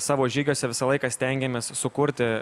savo žygiuose visą laiką stengiamės sukurti